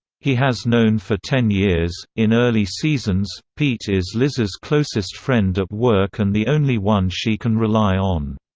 he has known for ten years in early seasons, pete is liz's closest friend at work and the only one she can rely on.